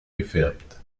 gefärbt